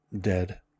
dead